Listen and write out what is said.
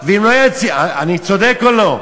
אני צודק או לא?